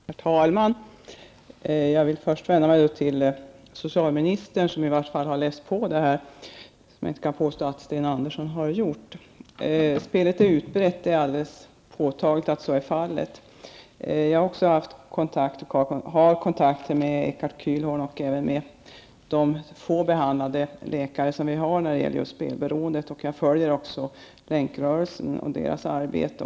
Herr talman! Jag vill först vända mig till socialministern som i varje fall har läst på, vilket inte kan påstås att Sten Andersson har gjort. Att spelet är utbrett är alldeles påtagligt. Jag har haft kontakter och har kontakter med de få behandlande läkare som vi har när det gäller spelberoende. Jag följer också länkrörelsens arbete.